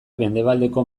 mendebaldeko